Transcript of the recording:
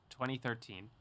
2013